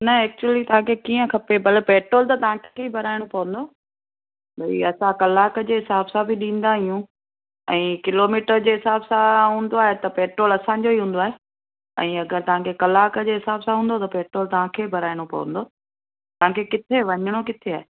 न एक्चुली तव्हांखे कीअं खपे पर पैट्रोल त तव्हांखे ई भराइणो पवंदो भई असां कलाक जे हिसाब सां बि ॾींदा आहियूं ऐं किलोमीटर जे हिसाब सां हूंदो आहे त पैट्रोल असांजो ई हूंदो आहे ऐं अगरि तव्हांखे कलाक जे हिसाब हूंदो त पैट्रोल तव्हांखे ई भराइणो पवंदो तव्हांखे किथे वञिणो किथे आहे